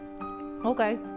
Okay